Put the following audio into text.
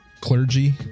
clergy